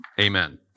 Amen